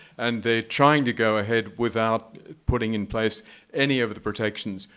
and they're trying to go ahead without putting in place any of the protections.